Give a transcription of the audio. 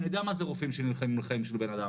אני יודע מה זה רופאים שנלחמו על חיים של בנאדם,